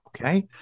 Okay